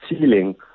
ceiling